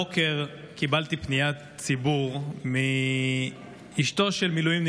הבוקר קיבלתי פניית ציבור מאשתו של מילואימניק